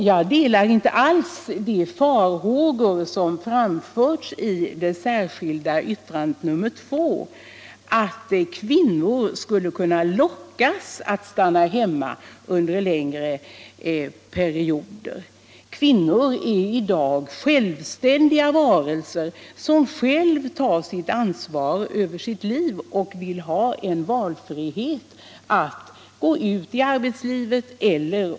Jag deltar inte alls de farhågor som framförts i det särskilda yttrandet nr 2 att kvinnor skulle kunna lockas att stanna hemma under längre perioder. Kvinnor är i dag självständiga varelser som tar ansvar för sitt liv och vill ha valfrihet att antingen gå ut i arbetslivet eller.